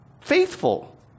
faithful